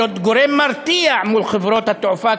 להיות גורם מרתיע מול חברות התעופה,